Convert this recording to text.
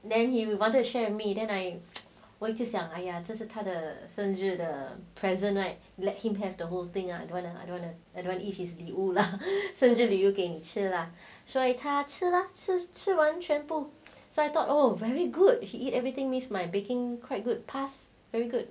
then he we wanted to share with me then I 我一直想哎呀这是他的生日的 present right let him have the whole thing don't wanna I don't wanna I don't wanna eat his 礼物留又给你吃啦所以他吃了吃吃完全部 so I thought oh very good he eat everything means my baking quite good pass very good